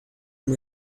him